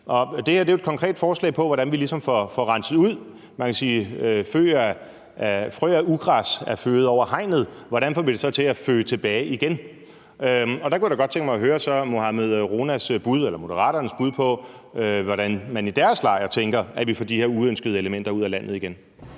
Det her er jo et konkret forslag til, hvordan vi ligesom får renset ud. Man kan sige, at frø af ugræs er føget over hegnet, og hvordan får vi dem så til at fyge tilbage igen? Der kunne jeg da så godt tænke mig at høre Mohammad Ronas eller Moderaternes bud på, hvordan man i deres lejr tænker at vi får de her uønskede elementer ud af landet igen.